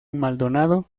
maldonado